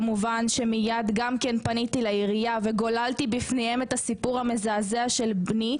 כמובן שמיד פניתי לעירייה וגוללתי בפניהם את הסיפור המזעזע של בני,